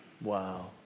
wow